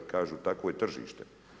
Kažu takvo je tržište.